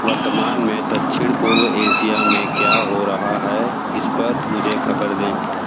वर्तमान में दक्षिण पूर्व एशिया में क्या हो रहा है इस पर मुझे खबर दें